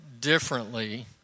differently